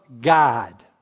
God